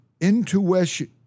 intuition